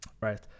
Right